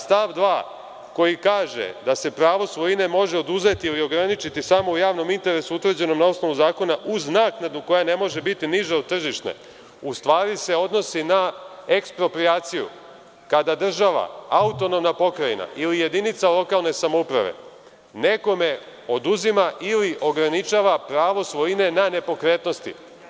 Stav 2, koji kaže da se pravo svojine može oduzeti ili ograničiti samo u javnom interesu utvrđenom na osnovu zakona, uz naknadu koja ne može biti niža od tržišne, u stvari se odnosi na eksproprijaciju, kada država, autonomna pokrajina ili jedinica lokalne samouprave nekome oduzima ili ograničava pravo svojine na nepokretnosti.